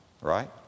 right